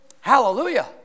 hallelujah